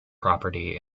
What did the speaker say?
property